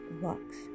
works